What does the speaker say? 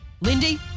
Lindy